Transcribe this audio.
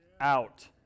out